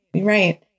Right